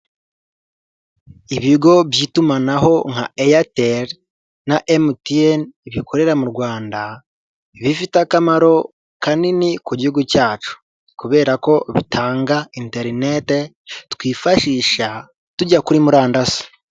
Ibigo by'itumanaho nka airtel na MTN bikorera mu Rwanda, bifite akamaro kanini ku Gihugu cyacu .Kubera ko bitanga interineti twifashisha tujya kuri murandasi.